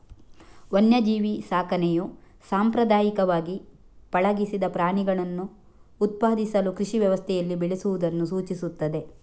ವನ್ಯಜೀವಿ ಸಾಕಣೆಯು ಸಾಂಪ್ರದಾಯಿಕವಾಗಿ ಪಳಗಿಸದ ಪ್ರಾಣಿಗಳನ್ನು ಉತ್ಪಾದಿಸಲು ಕೃಷಿ ವ್ಯವಸ್ಥೆಯಲ್ಲಿ ಬೆಳೆಸುವುದನ್ನು ಸೂಚಿಸುತ್ತದೆ